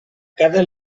cada